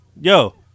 Yo